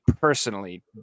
personally